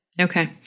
Okay